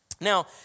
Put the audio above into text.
Now